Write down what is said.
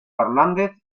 fernández